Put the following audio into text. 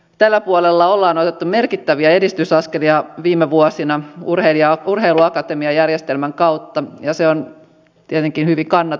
tällä puolella on otettu merkittäviä edistysaskelia viime vuosina urheiluakatemiajärjestelmän kautta ja se on tietenkin hyvin kannatettavaa